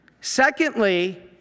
secondly